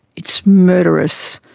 it's murderous,